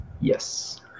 Yes